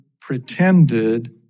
pretended